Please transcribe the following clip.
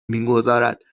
میگذارد